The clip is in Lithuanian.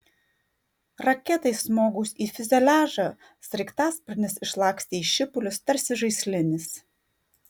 raketai smogus į fiuzeliažą sraigtasparnis išlakstė į šipulius tarsi žaislinis